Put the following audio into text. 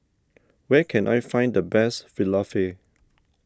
where can I find the best Falafel